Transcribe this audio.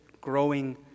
growing